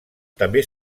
també